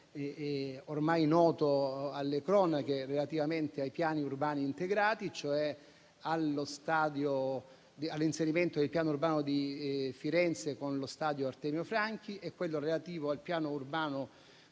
ormai noto alle cronache e relativo ai piani urbani integrati, cioè all'inserimento del piano urbano di Firenze con lo stadio «Artemio Franchi» e quello relativo al piano urbano